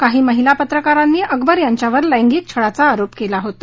काही महिला पत्रकारांनी अकबर यांच्यावर लैंगिक छळाचा आरोप केला होता